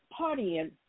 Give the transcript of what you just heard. partying